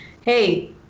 hey